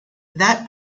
that